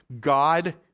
God